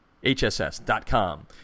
HSS.com